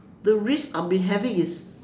the risk I'll be having is